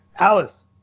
Alice